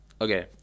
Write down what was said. Okay